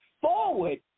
forward